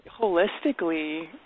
holistically